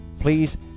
please